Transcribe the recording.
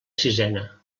sisena